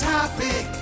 Topic